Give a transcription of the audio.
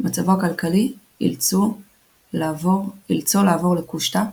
מצבו הכלכלי אילצו לעבור לקושטא,